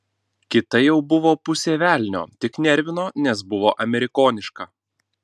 kita jau buvo pusė velnio tik nervino nes buvo amerikoniška